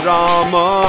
Rama